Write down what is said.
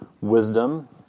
wisdom